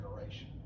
generation